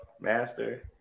Master